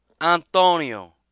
Antonio